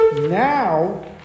Now